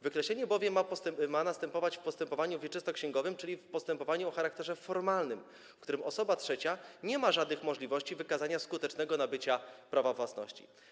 Wykreślenie bowiem ma następować w postępowaniu wieczystoksięgowym, czyli w postępowaniu o charakterze formalnym, w którym osoba trzecia nie ma żadnych możliwości wykazania skutecznego nabycia prawa własności.